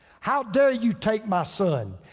how dare you take my son?